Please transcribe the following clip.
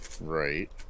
Right